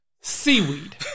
seaweed